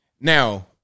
Now